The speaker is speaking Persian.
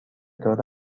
طور